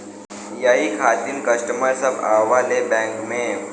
यही खातिन कस्टमर सब आवा ले बैंक मे?